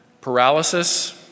Paralysis